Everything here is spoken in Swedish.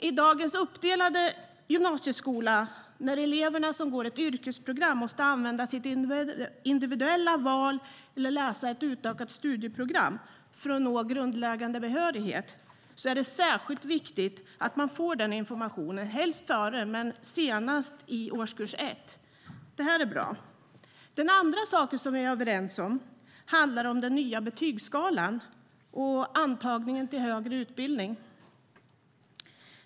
I dagens uppdelade gymnasieskola, där eleverna som går ett yrkesprogram måste använda sitt individuella val eller läsa ett utökat program för att nå grundläggande behörighet, är det särskilt viktigt att man får information om detta helst innan men senast i årskurs 1. Den andra saken vi är överens om handlar om den nya betygsskalan och antagningen till högre utbildning.